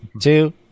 two